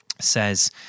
says